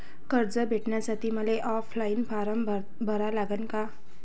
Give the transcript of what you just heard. कर्ज भेटासाठी मले ऑफलाईन फारम भरा लागन का?